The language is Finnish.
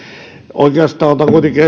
oikeastaan otan kuitenkin